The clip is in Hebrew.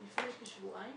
לפני כשבועיים,